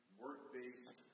work-based